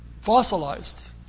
Fossilized